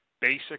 basic